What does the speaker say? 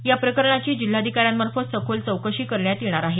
या प्रकरणाची जिल्हाधिकाऱ्यांमार्फत सखोल चौकशी करण्यात येणार आहे